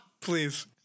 Please